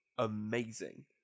Amazing